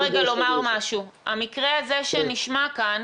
המקרה הזה שנשמע כאן